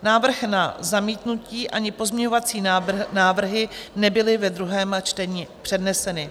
Návrh na zamítnutí ani pozměňovací návrhy nebyly ve druhém čtení předneseny.